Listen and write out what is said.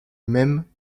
même